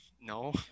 No